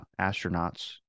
astronauts